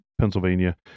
Pennsylvania